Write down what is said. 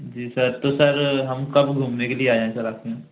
जी sir तो sir हम कब घूमने के लिए आएँ सर आपके यहाँ